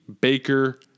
Baker